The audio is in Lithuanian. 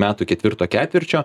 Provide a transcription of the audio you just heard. metų ketvirto ketvirčio